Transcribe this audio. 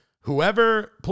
whoever